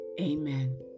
Amen